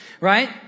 right